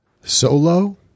solo